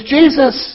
Jesus